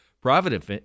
Providence